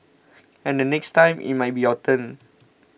and the next time it might be your turn